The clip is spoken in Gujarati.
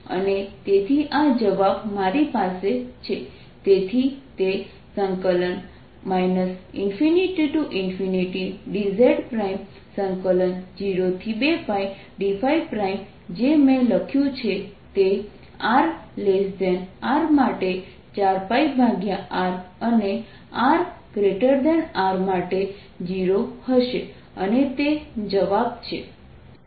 અને તેથી આ જવાબ મારી પાસે છે તેથી તે ∞dz02πd જે મેં લખ્યું છે તે rR માટે 4πRઅને rR માટે 0 હશે અને તે જવાબ છે